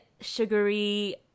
sugary